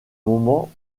moment